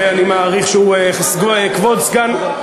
ואני מעריך שכבוד סגן,